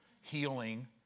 healing